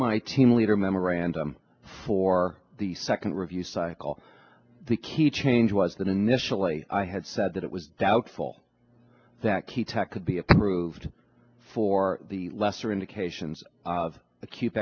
my team leader memorandum for the second review cycle the key change was that initially i had said that it was doubtful that key tech could be approved for the lesser indications of acute